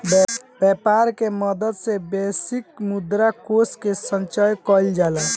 व्यापर के मदद से वैश्विक मुद्रा कोष के संचय कइल जाला